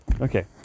Okay